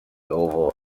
oval